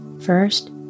First